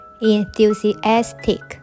Enthusiastic